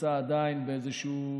נמצא עדיין באיזשהו